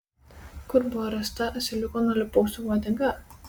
kur buvo rasta asiliuko nulėpausio uodega